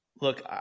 Look